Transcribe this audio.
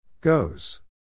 goes